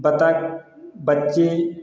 बतख बच्चे